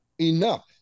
enough